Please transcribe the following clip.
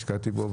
השקעתי בו,